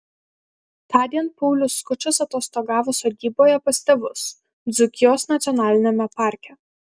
tądien paulius skučas atostogavo sodyboje pas tėvus dzūkijos nacionaliniame parke